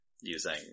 using